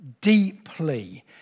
deeply